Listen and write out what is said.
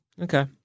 Okay